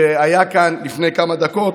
שהיה כאן לפני כמה דקות,